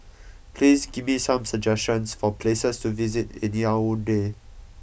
please give me some suggestions for places to visit in Yaounde